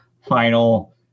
final